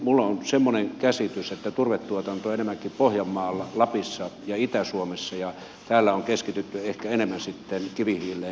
minulla on semmoinen käsitys että turvetuotantoa on enemmänkin pohjanmaalla lapissa ja itä suomessa ja täällä on keskitytty ehkä enemmän kivihiileen ja maakaasuun